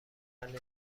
نزاکت